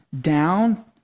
down